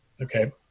Okay